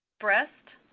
breast,